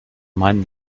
meinen